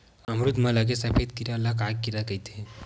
अमरूद म लगे सफेद कीरा ल का कीरा कइथे?